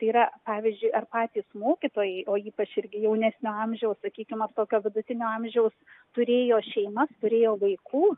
tai yra pavyzdžiui ar patys mokytojai o ypač irgi jaunesnio amžiaus sakykim ar tokio vidutinio amžiaus turėjo šeimas turėjo vaikų